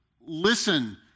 listen